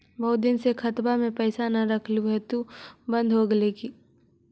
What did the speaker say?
बहुत दिन से खतबा में पैसा न रखली हेतू बन्द हो गेलैय?